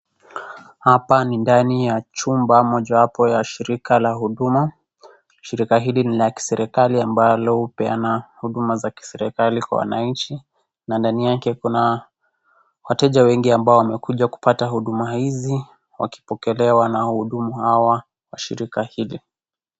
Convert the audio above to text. Hapa ni ndani ya chumba mojawapo ya shirika la huduma. Shirika hili ni la kiserikali ambalo hupeana huduma za kiserekali kwa wanainchi na ndani yake kuna wateja wengi ambao wamekuja kupata huduma hizi, wakipokelewa na wahudumu hawa wa shirika hili.